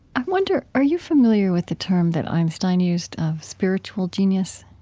i wonder, are you familiar with the term that einstein used of spiritual genius?